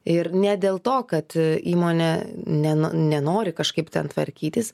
ir ne dėl to kad įmonė nen nenori kažkaip ten tvarkytis